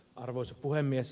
arvoisa puhemies